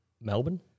Melbourne